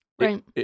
Right